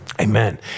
Amen